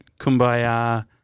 kumbaya